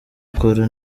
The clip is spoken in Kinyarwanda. ukora